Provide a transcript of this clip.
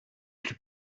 plus